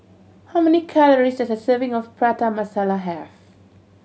how many calories does a serving of Prata Masala have